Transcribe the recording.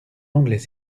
anglais